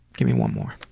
give me one more.